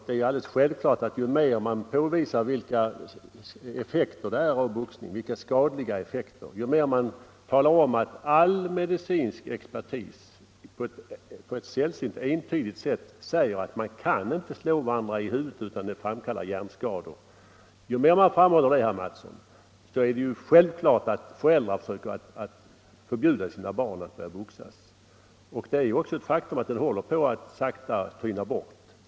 Det är väl också ganska självklart, att ju mer man påvisar boxningens skadliga effekter — och all medicinsk expertis framhåller på ett entydigt sätt att man kan inte slå varandra i huvudet utan att det framkallar hjärnskador — desto större är utsikterna för att föräldrar förbjuder sina barn att börja boxas. Ett faktum är också att boxningen dess bättre håller på att sakta tyna bort.